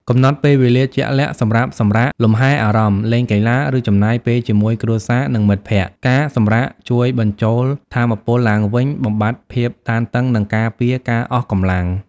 កំណត់ពេលវេលាជាក់លាក់សម្រាប់សម្រាក លំហែអារម្មណ៍ លេងកីឡា ឬចំណាយពេលជាមួយគ្រួសារ និងមិត្តភក្តិ ការសម្រាកជួយបញ្ចូលថាមពលឡើងវិញ បំបាត់ភាពតានតឹង និងការពារការអស់កម្លាំង។